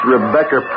Rebecca